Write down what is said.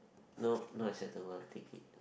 nope not acceptable take it